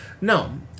no